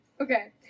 Okay